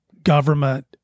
government